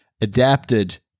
adapted